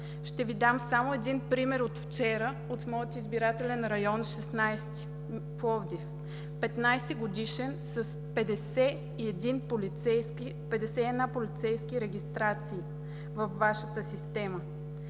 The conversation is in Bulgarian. Ще Ви дам само един пример от вчера от моя избирателен район 16 – Пловдив, 15-годишен с 51 полицейски регистрации във Вашата система.